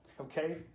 Okay